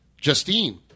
Justine